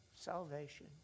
Salvation